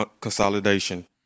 consolidation